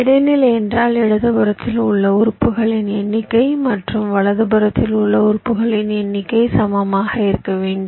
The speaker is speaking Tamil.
இடைநிலை என்றால் இடதுபுறத்தில் உள்ள உறுப்புகளின் எண்ணிக்கை மற்றும் வலதுபுறத்தில் உள்ள உறுப்புகளின் எண்ணிக்கை சமமாக இருக்க வேண்டும்